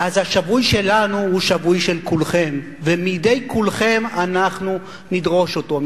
אז השבוי שלנו הוא שבוי של כולכם ומידי כולכם אנחנו נדרוש אותו,